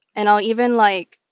and i'll even, like,